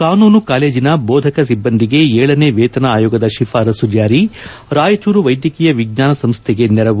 ಕಾನೂನು ಕಾಲೇಜಿನ ಬೋಧಕ ಸಿಬ್ಬಂದಿಗೆ ಏಳನೇ ವೇತನ ಆಯೋಗದ ಶಿಫಾರಸು ಜಾರಿ ರಾಯಚೂರು ವೈದ್ಯಕೀಯ ವಿಜ್ಞಾನ ಸಂಸ್ಥೆಗೆ ನೆರವು